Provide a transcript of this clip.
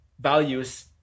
values